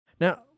Now